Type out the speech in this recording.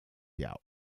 der